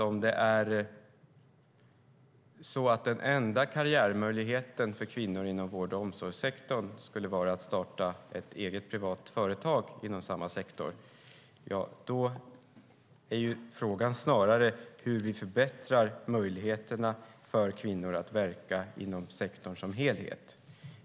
Om den enda karriärmöjligheten för kvinnor inom vård och omsorgssektorn skulle vara att starta eget privat företag, då är frågan snarare hur vi förbättrar möjligheterna för kvinnor att verka inom sektorn som helhet.